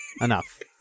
enough